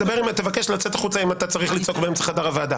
תבקש לצאת החוצה אם אתה צריך לצעוק באמצע חדר הוועדה.